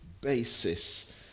basis